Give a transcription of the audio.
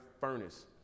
furnace